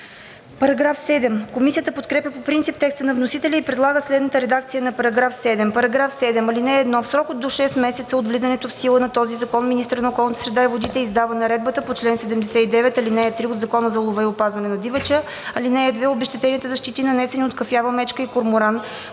Комисията подкрепя по принцип текста на вносителя и предлага следната редакция на § 7: „§ 7. (1) В срок до 6 месеца от влизането в сила на този закон министърът на околната среда и водите издава наредбата по чл. 79, ал. 3 от Закона за лова и опазване на дивеча. (2) Обезщетенията за щети, нанесени от кафява мечка и корморан,